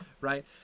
right